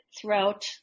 throughout